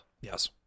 Yes